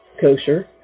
kosher